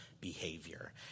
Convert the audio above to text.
behavior